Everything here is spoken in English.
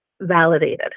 validated